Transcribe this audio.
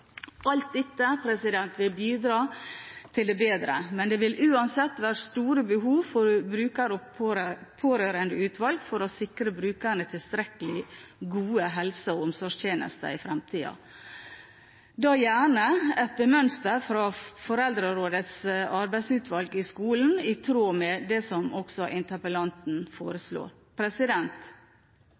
Alt dette vil bidra til det bedre, men det vil uansett være store behov for bruker- og pårørendeutvalg for å sikre brukerne tilstrekkelig gode helse- og omsorgstjenester i fremtiden, da gjerne etter mønster fra foreldrerådets arbeidsutvalg i skolen, i tråd med det som også interpellanten foreslår.